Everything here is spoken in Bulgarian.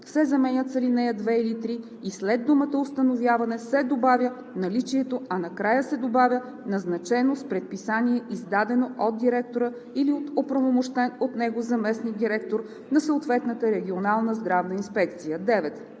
се заменят с „ал. 2 или 3“ и след думата „установяване“ се добавя „наличието“, а накрая се добавя „назначено с предписание, издадено от директора или от оправомощен от него заместник-директор на съответната регионална здравна инспекция“.